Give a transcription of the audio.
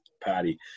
patty